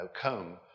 come